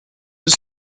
des